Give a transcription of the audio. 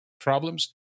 problems